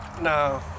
No